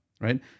right